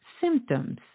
symptoms